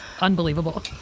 Unbelievable